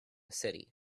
city